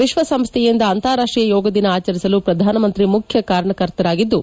ವಿಶ್ವಸಂಸ್ಥೆಯಿಂದ ಅಂತಾರಾಷ್ಷೀಯ ಯೋಗ ದಿನ ಆಚರಿಸಲು ಪ್ರಧಾನ ಮಂತ್ರಿ ಮುಖ್ಯ ಕಾರಣಕರ್ತರಾಗಿದ್ದು